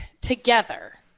together